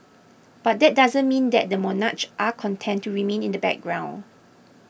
but that doesn't mean that the monarchs are content to remain in the background